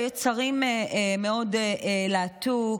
היצרים מאוד להטו,